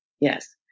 Yes